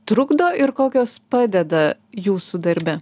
trukdo ir kokios padeda jūsų darbe